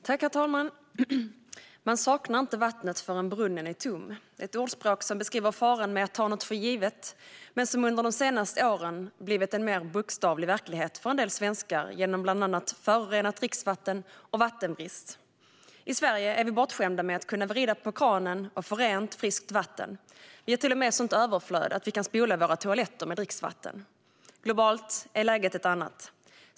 Herr talman! Man saknar inte vattnet förrän brunnen är tom. Det är ett ordspråk som beskriver faran med att ta något för givet men som under de senaste åren har blivit en mer bokstavlig verklighet för en del svenskar genom bland annat förorenat dricksvatten och vattenbrist. I Sverige är vi bortskämda med att kunna vrida på kranen och få rent, friskt vatten. Vi har till och med ett sådant överflöd att vi kan spola våra toaletter med dricksvatten. Globalt är läget ett annat.